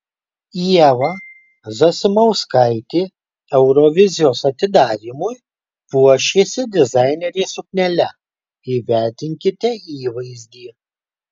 ieva zasimauskaitė eurovizijos atidarymui puošėsi dizainerės suknele įvertinkite įvaizdį